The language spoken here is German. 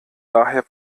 daher